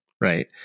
right